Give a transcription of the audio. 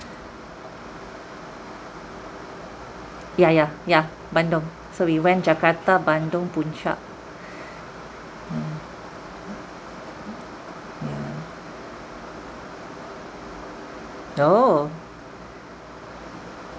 ya ya ya bandung so we went jakarta bandung puncak mm yeah oh